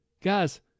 Guys